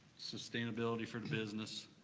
sustainability for business,